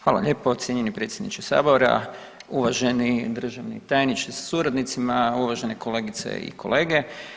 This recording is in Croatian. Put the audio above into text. Hvala lijepo cijenjeni predsjedniče Sabora, uvaženi državni tajniče sa suradnicima, uvažene kolegice i kolege.